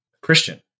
Christian